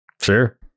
Sure